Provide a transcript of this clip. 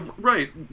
Right